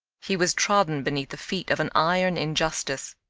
he was trodden beneath the feet of an iron injustice.